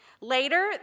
Later